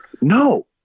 No